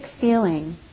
feeling